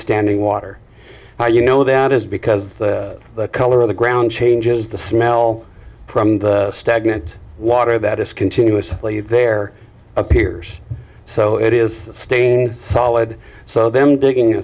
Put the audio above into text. standing water now you know that is because the color of the ground changes the smell from the stagnant water that is continuously there appears so it is standing solid so them digging